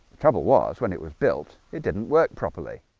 trouble was when it was built. it didn't work properly,